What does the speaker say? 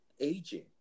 aging